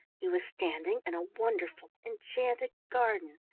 he was standing in a wonderful enchanted garden.